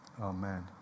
amen